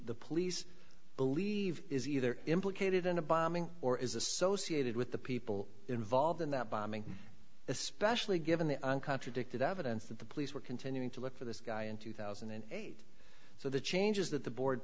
the police believe is either implicated in a bombing or is associated with the people involved in that bombing especially given the contradicted evidence that the police were continuing to look for this guy in two thousand and eight so the changes that the board